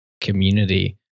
community